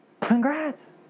Congrats